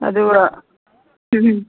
ꯑꯗꯨꯒ